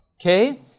okay